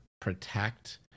protect